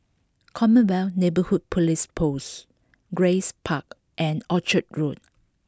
Commonwealth Neighbourhood Police Post Grace Park and Orchard Road